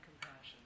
compassion